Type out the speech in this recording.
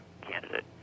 candidate